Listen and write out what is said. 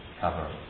cover